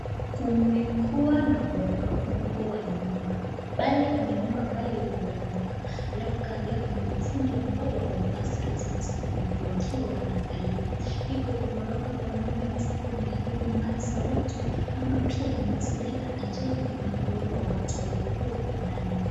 Kumekuwa na mporomoko wa nyumba. Pale kuna nyumba ambayo imeporomoka, alafu kando yake kuna fundi ambao wamevaa sare ambazo zinafanana wakiwa wakiangalia. Hii kuporomoka kwa nyumba inaeza kuwa imeharibu mali za watu ama pia inaweza leta ajali na kuwaua watu waliokuwa huko ndani.